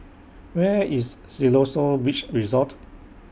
Where IS Siloso Beach Resort